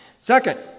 Second